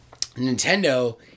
Nintendo